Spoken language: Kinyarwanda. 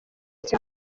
cyane